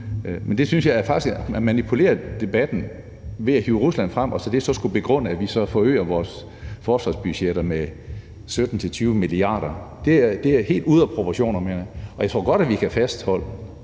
Men der synes jeg faktisk, at man manipulerer med debatten ved at hive Rusland frem, i forhold til at det så skulle begrunde, at vi forøger vores forsvarsbudget med 17-20 mia. kr. – det er helt ude af proportioner, mener jeg. Og jeg tror godt, at vi kan fastholde,